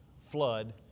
flood